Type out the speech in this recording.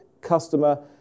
customer